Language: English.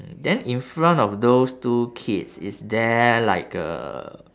then in front of those two kids is there like a